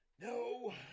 No